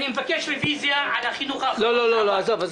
אני מבקש רביזיה על החינוך --- לא, לא, עזוב.